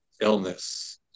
illness